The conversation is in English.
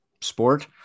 sport